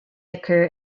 occur